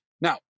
Now